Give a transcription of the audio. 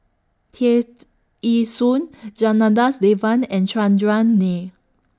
Tear Ee Soon Janadas Devan and Chandran Nair